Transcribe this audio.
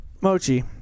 Mochi